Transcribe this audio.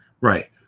right